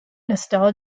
nostalgia